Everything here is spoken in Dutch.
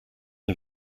een